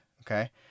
okay